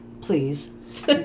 please